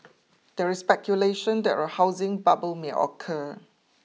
there is speculation that a housing bubble may occur